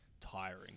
tiring